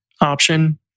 option